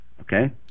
Okay